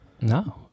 no